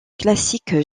classiques